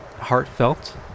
heartfelt